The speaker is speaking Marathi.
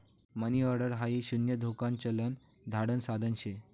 मनी ऑर्डर हाई शून्य धोकान चलन धाडण साधन शे